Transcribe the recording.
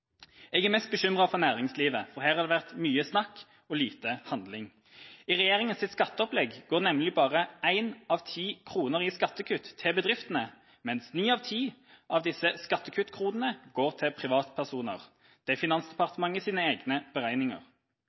Jeg er mest bekymret for næringslivet, for her har det vært mye snakk og lite handling. I regjeringas skatteopplegg går nemlig bare 1 av 10 kroner i skattekutt til bedriftene, mens 9 av 10 av disse skattekuttkronene går til privatpersoner, dette ifølge Finansdepartementets egne beregninger.